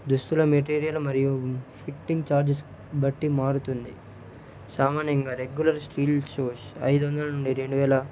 దుస్తుల మెటీరియల్ మరియు fitting charges బట్టి మారుతుంది సామాన్యంగా రెగ్యులర్ స్టీల్ షూస్ ఐదు వందల నుండి రెండు వేల